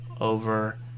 over